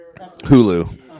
Hulu